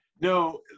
No